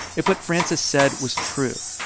if what frances said was true,